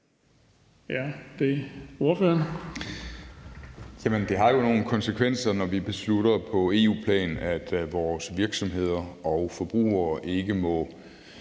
Det har jo nogle konsekvenser, når vi på EU-plan beslutter, at vores virksomheder og forbrugere ikke må